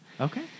Okay